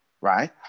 right